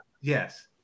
Yes